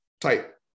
type